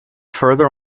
further